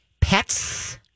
pets